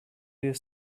you